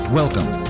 welcome